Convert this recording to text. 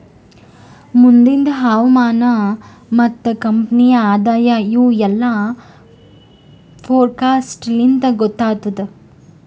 ಮುಂದಿಂದ್ ಹವಾಮಾನ ಮತ್ತ ಕಂಪನಿಯ ಆದಾಯ ಇವು ಎಲ್ಲಾ ಫೋರಕಾಸ್ಟ್ ಲಿಂತ್ ಗೊತ್ತಾಗತ್ತುದ್